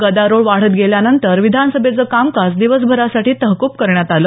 गदारोळ वाढत गेल्यानंतर विधानसभेचं कामकाज दिवसभरासाठी तहकूब करण्यात आलं